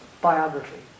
biography